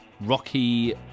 rocky